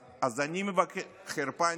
אז אני מבקש, חרפה